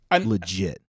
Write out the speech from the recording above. legit